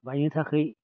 बायनो थाखाय